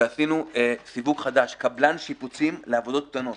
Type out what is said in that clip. ועשינו סיווג חדש, קבלן שיפוצים לעבודות קטנות,